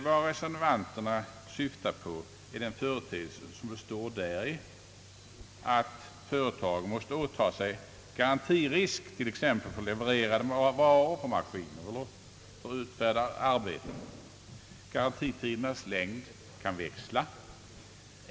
Vad reservanterna syftar på är den företeelse som består däri att företagen åtar sig garantirisk för levererade varor, t.ex. maskiner, eller för utförda arbeten. Garantitidens längd kan växla.